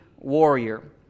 warrior